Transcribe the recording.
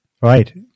Right